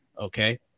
Okay